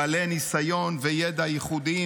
בעלי ניסיון וידע ייחודיים,